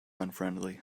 unfriendly